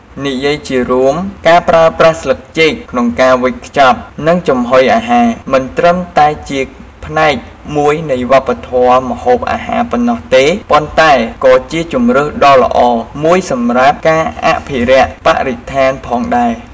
និយាយជារួម ការប្រើប្រាស់ស្លឹកចេកក្នុងការវេចខ្ចប់ និងចំហុយអាហារ មិនត្រឹមតែជាផ្នែកមួយនៃវប្បធម៌ម្ហូបអាហារប៉ុណ្ណោះទេ ប៉ុន្តែក៏ជាជម្រើសដ៏ល្អមួយសម្រាប់ការអភិរក្សបរិស្ថានផងដែរ។